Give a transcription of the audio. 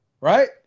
right